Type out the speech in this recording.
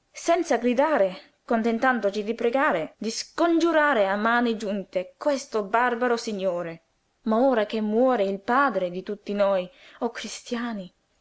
senza gridare contentandoci di pregare di scongiurare a mani giunte questo barbaro signore ma ora che muore il padre di tutti noi o cristiani